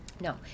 No